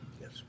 Yes